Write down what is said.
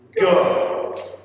Go